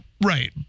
Right